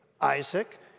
Isaac